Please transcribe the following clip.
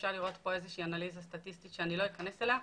אפשר לראות פה איזושהי אנליזה סטטיסטית שאני לא אכנס אליה,